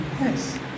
Yes